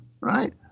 right